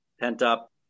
pent-up